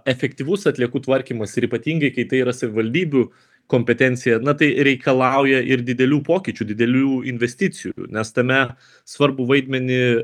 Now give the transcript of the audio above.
efektyvus atliekų tvarkymas ir ypatingai kai tai yra savivaldybių kompetencija na tai reikalauja ir didelių pokyčių didelių investicijų nes tame svarbų vaidmenį